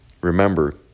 remember